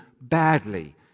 badly